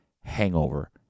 hangover